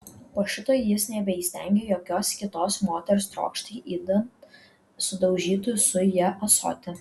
po šito jis nebeįstengė jokios kitos moters trokšti idant sudaužytų su ja ąsotį